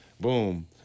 boom